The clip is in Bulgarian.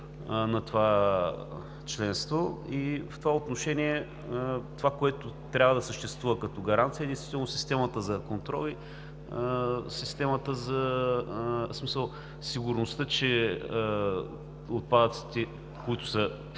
на това членство, и в това отношение това, което трябва да съществува като гаранция, е сигурността, че отпадъците, които